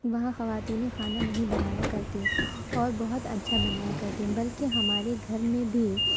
وہاں خواتین کھانا نہیں بنایا کرتیں اور بہت اچھا بنایا کرتیں بلکہ ہمارے گھر میں بھی